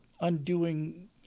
undoing